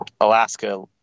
Alaska